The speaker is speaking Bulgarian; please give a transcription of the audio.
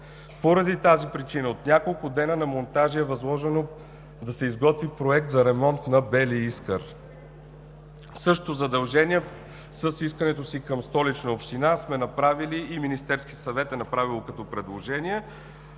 Поради тази причина от няколко дена на „Монтажи“ е възложено да се изготви проект за ремонт на „Бели Искър“. Същото задължение с искането си към Столична община сме направили и Министерският съвет е направило като предложение.